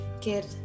kid